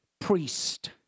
priest